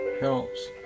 helps